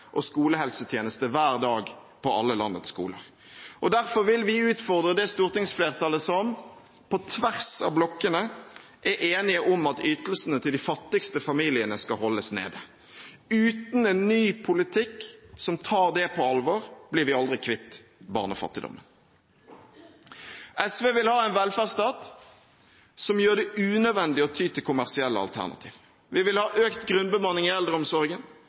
og skolehelsetjeneste hver dag på alle landets skoler. Og derfor vil vi utfordre det stortingsflertallet som på tvers av blokkene er enige om at ytelsene til de fattigste familiene skal holdes nede. Uten en ny politikk som tar det på alvor, blir vi aldri kvitt barnefattigdommen. SV vil ha en velferdsstat som gjør det unødvendig å ty til kommersielle alternativer. Vi vil ha økt grunnbemanning i eldreomsorgen,